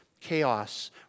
chaos